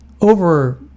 over